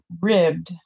ribbed